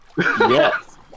Yes